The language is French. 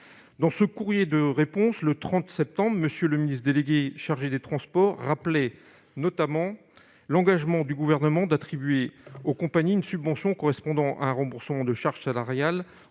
Dans un courrier de réponse, le 30 septembre dernier, M. le ministre délégué chargé des transports rappelait que le Gouvernement s'était engagé à attribuer aux compagnies une subvention correspondant à un remboursement de charges salariales